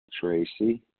Tracy